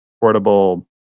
portable